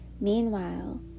Meanwhile